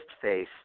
face